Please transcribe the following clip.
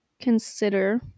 consider